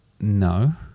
no